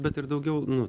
bet ir daugiau nu